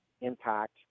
impact